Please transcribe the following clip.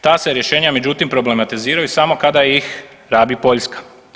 Ta se rješenja međutim problematiziraju samo kada iz rabi Poljska.